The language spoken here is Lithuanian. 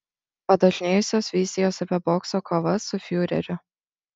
padažnėjusios vizijos apie bokso kovas su fiureriu